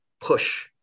push